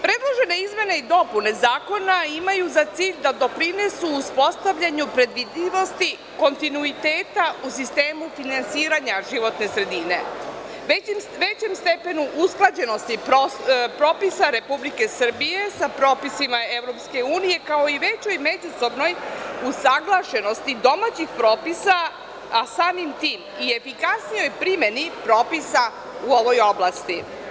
Predložene izmene i dopune Zakona imaju za cilj da doprinesu uspostavljanju predvidivosti kontinuiteta u sistemu finansiranja životne sredine, većem stepenu usklađenosti propisa Republike Srbije sa propisima Evropske unije, kao i većoj međusobnoj usaglašenosti domaćih propisa, a samim tim i efikasnijoj primeni zapisa u ovoj oblasti.